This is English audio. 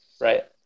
Right